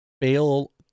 fail